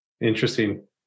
Interesting